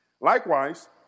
Likewise